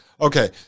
Okay